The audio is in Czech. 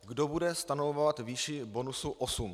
Kdo bude stanovovat výši bonusu 8?